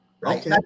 right